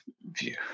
view